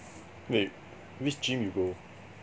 wait which gym you go